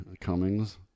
Cummings